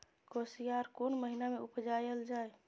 कोसयार कोन महिना मे उपजायल जाय?